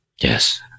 Yes